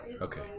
Okay